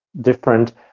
different